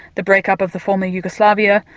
the breakup of the former yugoslavia,